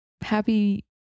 happy